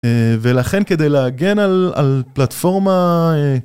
ולכן כדי להגן על פלטפורמה...